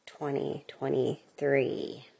2023